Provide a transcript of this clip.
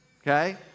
okay